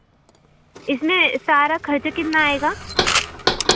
इसमें सारा खर्चा कितना आएगा